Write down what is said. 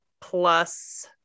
plus